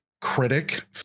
critic